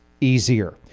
easier